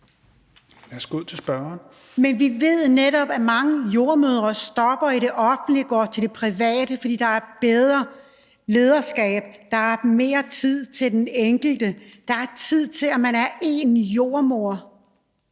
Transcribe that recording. Liselott Blixt (DF): Men vi ved netop, at mange jordemødre stopper i det offentlige og går til det private, fordi der er bedre lederskab, der er mere tid til den enkelte, og der er tid til, at man er én jordemoder